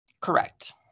Correct